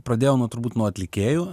pradėjau nuo turbūt nuo atlikėjų